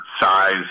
size